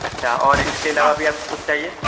اچھا اور اس کے علاوہ بھی آپ کو کچھ چاہیے